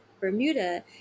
Bermuda